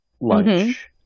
lunch